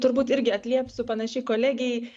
turbūt irgi atliepsiu panašiai kolegei